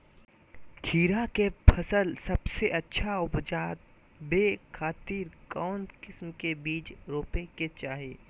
खीरा के फसल सबसे अच्छा उबजावे खातिर कौन किस्म के बीज रोपे के चाही?